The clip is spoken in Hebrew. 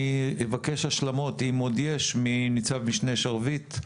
אני אבקש השלמות אם עוד יש מניצב שרביט,